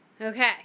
Okay